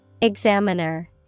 Examiner